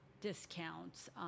discounts